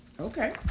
okay